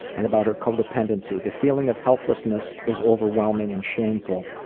and about her codependency, the feeling of helplessness is overwhelming and shameful,